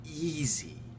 easy